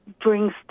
brings